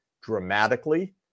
dramatically